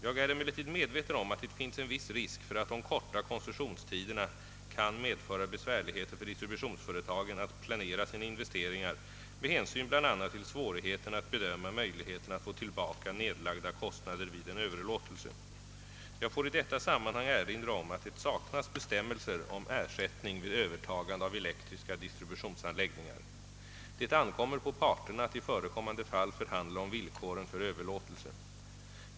Jag är emellertid medveten om att det finns en viss risk för att de korta koncessionstiderna kan medföra besvärligheter för distributionsföretagen att planera sina investeringar med hänsyn bland annat till svårigheten att bedöma möjligheten att få tillbaka nedlagda kostnader vid en överlåtelse. Jag får i detta sammanhang erinra om att det saknas bestämmelser om ersättning vid övertagande av elektriska distributionsanläggningar. Det ankommer på parterna att i förekommande fall förhandla om villkoren för överlåtelse.